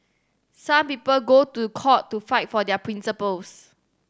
some people go to court to fight for their principles